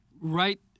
Right